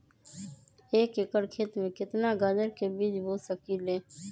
एक एकर खेत में केतना गाजर के बीज बो सकीं ले?